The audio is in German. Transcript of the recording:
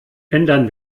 ändern